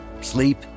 sleep